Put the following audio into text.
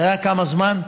אתה יודע כמה זמן?